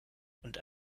und